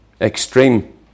extreme